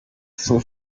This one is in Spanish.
fue